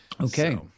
Okay